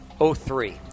03